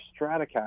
Stratocaster